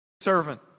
servant